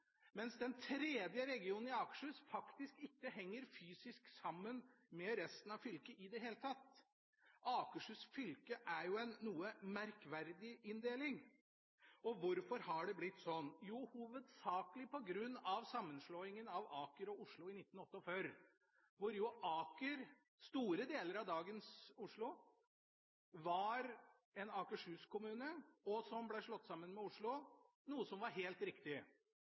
mens den tredje regionen i Akershus faktisk ikke henger fysisk sammen med resten av fylket i det hele tatt. Akershus fylke har en noe merkverdig inndeling. Hvorfor har det blitt sånn? Hovedsakelig på grunn av sammenslåingen av Aker og Oslo i 1948, hvor Aker, store deler av dagens Oslo, var en Akershus-kommune, som ble slått sammen med Oslo, noe som var helt riktig.